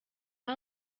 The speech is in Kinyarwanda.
vya